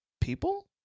People